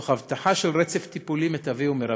תוך הבטחה של רצף טיפולי מיטבי ומרבי.